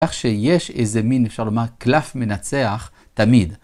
כך שיש איזה מין אפשר לומר קלף מנצח תמיד.